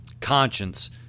conscience